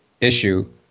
issue